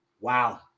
Wow